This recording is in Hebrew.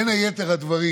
בין יתר הדברים,